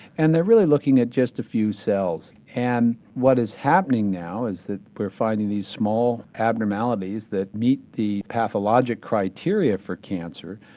and they're really looking at just a few cells. and what is happening now is that we're finding these small abnormalities that meet the pathologic criteria for cancer,